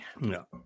No